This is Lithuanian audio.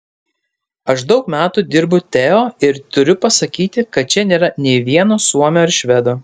aš daug metų dirbu teo ir turiu pasakyti kad čia nėra nė vieno suomio ar švedo